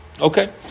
Okay